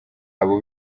abo